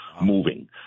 moving